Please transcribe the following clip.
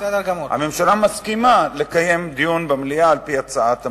הממשלה מסכימה לקיים דיון במליאה על-פי הצעת המבקשים.